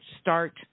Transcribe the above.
start